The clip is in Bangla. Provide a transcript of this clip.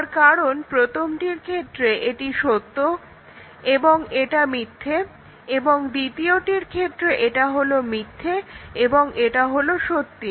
তার কারণ প্রথমটির ক্ষেত্রে এটা সত্য এবং এটা হলো মিথ্যা এবং দ্বিতীয়টির ক্ষেত্রে এটা হলো মিথ্যা এবং এটা হলো সত্যি